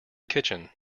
kitchen